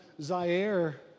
Zaire